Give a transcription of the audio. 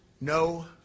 No